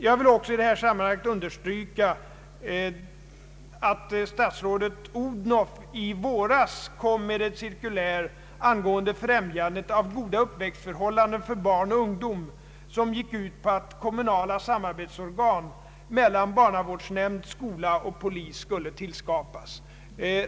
Jag vill också i detta sammanhang understryka att statsrådet Odhnoff i våras kom med ett cirkulär angående främjandet av goda uppväxtförhållanden för barn och ungdom. Det gick ut på att kommunala samarbetsorgan mellan barnavårdsnämnd, skola och polis skulle tillskapas.